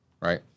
Right